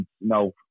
No